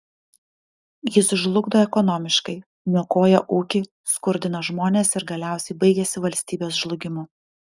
jis žlugdo ekonomiškai niokoja ūkį skurdina žmones ir galiausiai baigiasi valstybės žlugimu